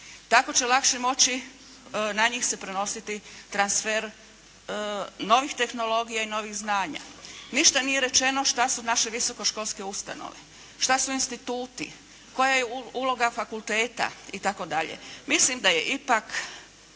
Tako će lakše moći na njih se prenositi transfer novih tehnologija i novih znanja. Ništa nije rečeno šta su naše visokoškolske ustanove? Šta su instituti? Koja je uloga fakulteta, itd? Mislim da je ipak